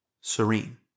serene